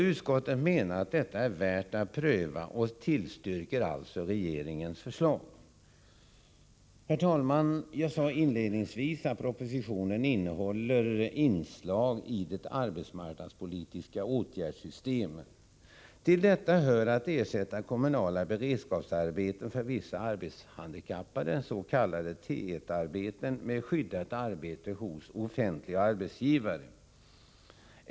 Utskottet menar att detta är värt att pröva och tillstyrker alltså regeringens förslag. Herr talman! Jag sade inledningsvis att propositionen innehåller nya inslag i det arbetsmarknadspolitiska åtgärdssystemet. Till detta hör att ersätta kommunala beredskapsarbeten för vissa arbetshandikappade, s.k. T1 arbeten, med skyddat arbete hos offentliga arbetsgivare.